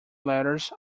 letters